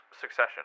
Succession